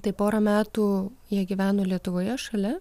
tai porą metų jie gyveno lietuvoje šalia